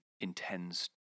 intends